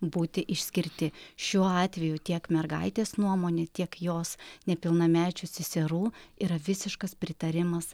būti išskirti šiuo atveju tiek mergaitės nuomonė tiek jos nepilnamečių seserų yra visiškas pritarimas